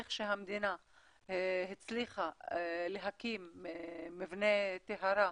איך שהמדינה הצליחה להקים מבני טהרה,